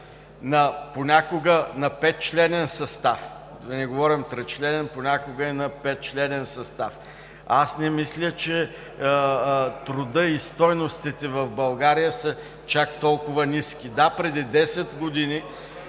понякога на петчленен състав, да не говорим тричленен, понякога е на петчленен състав? Аз не мисля, че трудът и стойностите в България са чак толкова ниски. Да, преди 10 години